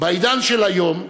בעידן של היום,